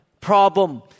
problem